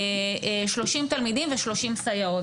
30 תלמידים ו-30 סייעות.